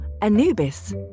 Anubis